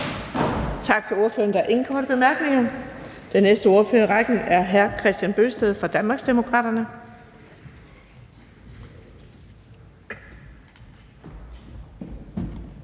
Tak til ordføreren. Der er ingen korte bemærkninger. Den næste ordfører i rækken er hr. Kristian Bøgsted fra Danmarksdemokraterne.